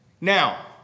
Now